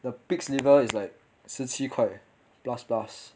the pig's liver is like 十七块 plus plus